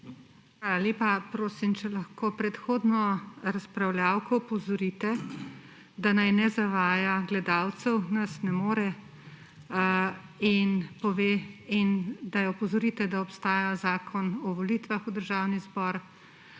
lepa. Prosim, če lahko predhodno razpravljavko opozorite, da naj ne zavaja gledalcev, nas ne more, in da jo opozorite, da obstaja Zakon o volitvah v Državni zbor,